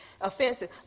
offensive